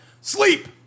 Sleep